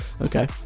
Okay